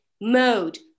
mode